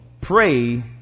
Pray